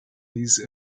these